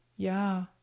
yeah,